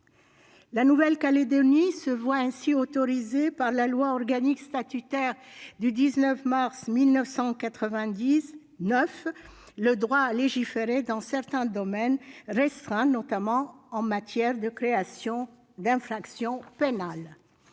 La Nouvelle-Calédonie s'est ainsi vu autoriser par la loi organique statutaire du 19 mars 1999 le droit à légiférer dans certains domaines restreints, notamment en matière de création d'infractions pénales.